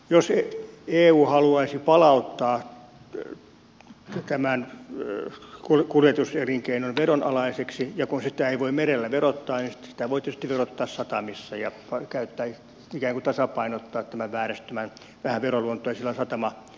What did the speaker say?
jos eu haluaisi palauttaa tämän kuljetuselinkeinon veronalaiseksi kun sitä ei voi merellä verottaa niin sitten sitä voisi tietysti verottaa satamissa ja ikään kuin tasapainottaa tätä vääristymää vähän veroluonteisilla satamamaksuilla